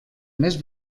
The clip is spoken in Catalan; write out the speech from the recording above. més